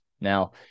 Now